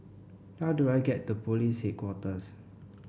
how do I get to Police Headquarters